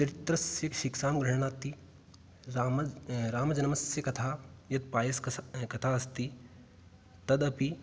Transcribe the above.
चरित्रस्य शिक्षां गृह्नाति राम रामजन्मस्य कथा यत् पायस्कस कथा अस्ति तदपि